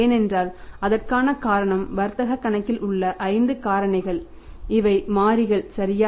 ஏனென்றால் அதற்கான காரணம் வர்த்தக கணக்கில் உள்ள 5 காரணிகள் இவை மாறிகள் சரியா